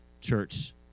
church